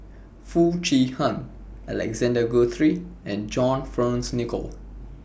Foo Chee Han Alexander Guthrie and John Fearns Nicoll